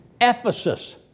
Ephesus